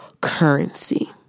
currency